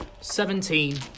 Seventeen